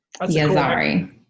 Yazari